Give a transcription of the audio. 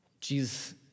Jesus